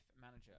manager